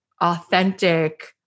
authentic